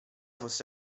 fosse